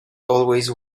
always